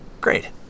Great